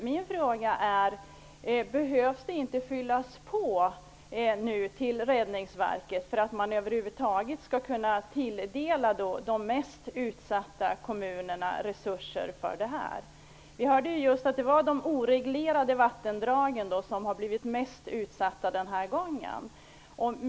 Min fråga är: Behöver man inte fylla på när det gäller Räddningsverket för att de mest utsatta kommunerna skall kunna tilldelas resurser? Vi hörde ju just att det var de oreglerade vattendragen som blev mest utsatta den här gången.